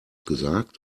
gesagt